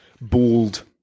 bald